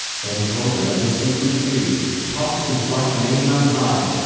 then colan of the sacred tree tossed his black mane on high,